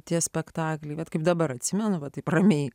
tie spektakliai bet kaip dabar atsimenu va taip ramiai